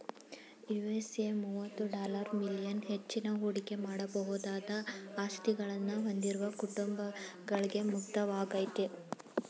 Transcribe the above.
USA ಮುವತ್ತು dollar million ಹೆಚ್ಚಿನ ಹೂಡಿಕೆ ಮಾಡಬಹುದಾದ ಆಸ್ತಿಗಳನ್ನ ಹೊಂದಿರುವ ಕುಟುಂಬಗಳ್ಗೆ ಮುಕ್ತವಾಗೈತೆ